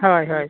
ᱦᱳᱭ ᱦᱳᱭ